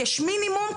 יש מינימום,